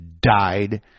died